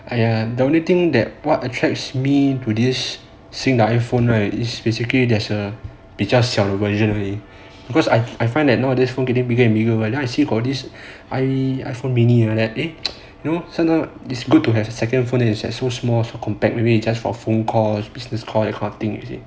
!aiya! the only thing that what attracts me to this 新的 iphone right is basically there's a 比较小的 version only because I I find that nowadays phone getting bigger and bigger but then I see got this I iphone mini then I like eh sometimes it's good to have a second phone that is so small so compact with me you know just for phone calls business calls that kind of thing